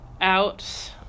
out